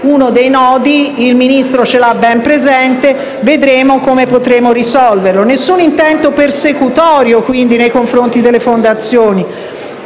uno dei nodi che il Ministro ha ben presente e vedremo come risolverlo. Nessun intento persecutorio si ha, quindi, nei confronti delle fondazioni;